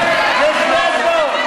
יש כסף.